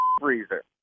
freezer